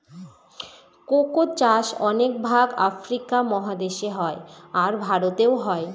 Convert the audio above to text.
cocoa চাষ অনেক ভাগ আফ্রিকা মহাদেশে হয়, আর ভারতেও হয়